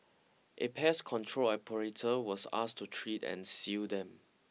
a pest control operator was asked to treat and seal them